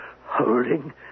holding